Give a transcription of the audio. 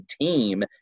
team